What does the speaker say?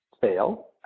fail